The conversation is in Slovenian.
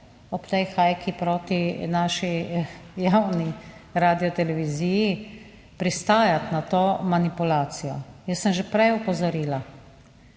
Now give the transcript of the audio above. ob tej hajki proti naši javni radioteleviziji pristajati na to manipulacijo. Jaz sem že prej opozorila,